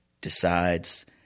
decides